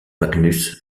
magnus